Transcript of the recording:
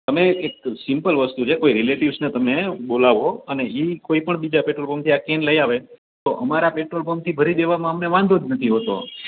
તમે એક સિમ્પલ વસ્તુ છે કોઈ રિલેટિવ્સને તમે બોલાવો અને ઈ કોઈપણ બીજા પેટ્રોલપંપ થી આ કેન લઈ આવે તો અમારા પેટ્રોલપંપથી ભરી દેવામાં અમને વાંધો જ નથી હોતો